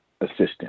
assistant